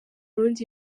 rundi